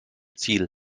ziel